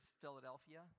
Philadelphia